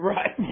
Right